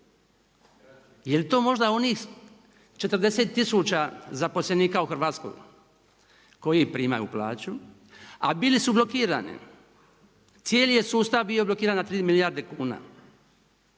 Jeli to možda onih 40 tisuća zaposlenika u Hrvatskoj koji primaju plaću, a bili su blokirani. Cijeli je sustav bio blokiran na tri milijarde kuna.